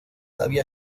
había